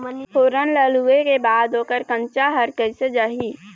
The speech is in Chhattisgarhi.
फोरन ला लुए के बाद ओकर कंनचा हर कैसे जाही?